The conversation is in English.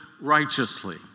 righteously